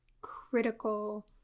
critical